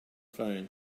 phone